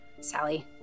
Sally